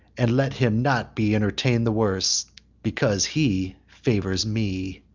and let him not be entertain'd the worse because he favours me.